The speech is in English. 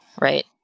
right